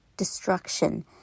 Destruction